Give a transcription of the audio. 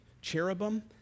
cherubim